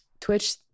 Twitch